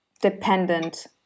dependent